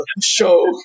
show